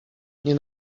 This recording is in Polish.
nie